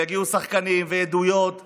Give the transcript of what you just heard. ויגיעו שחקנים ועדויות וכדומה,